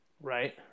right